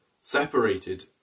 separated